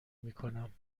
میکنم